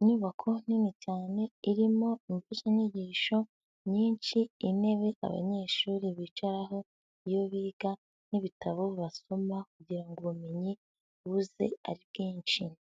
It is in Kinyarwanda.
Inyubako nini cyane irimo imfashanyigisho nyinshi, intebe abanyeshuri bicaraho iyo biga n'ibitabo basoma kugira ngo ubumenyi buze ari bwinshi.